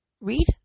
Read